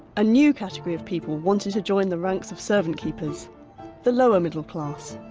a new category of people wanted to join the ranks of servant keepers the lower middle class.